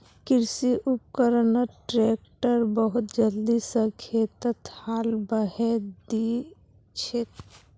कृषि उपकरणत ट्रैक्टर बहुत जल्दी स खेतत हाल बहें दिछेक